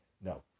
No